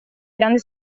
grande